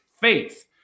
faith